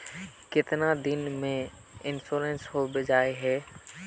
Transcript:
कीतना दिन में इंश्योरेंस होबे जाए है?